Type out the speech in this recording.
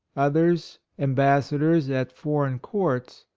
others, ambassadors at foreign courts,